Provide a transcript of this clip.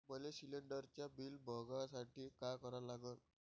मले शिलिंडरचं बिल बघसाठी का करा लागन?